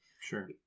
Sure